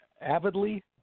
avidly